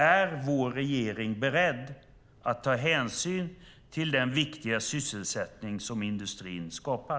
Är vår regering beredd att ta hänsyn till den viktiga sysselsättning som industrin skapar?